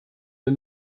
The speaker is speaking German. wir